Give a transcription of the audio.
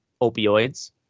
opioids